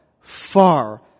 far